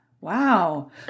Wow